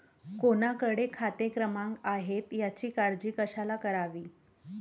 कोणाकडे खाते क्रमांक आहेत याची काळजी कशाला करावी